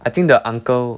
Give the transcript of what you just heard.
I think the uncle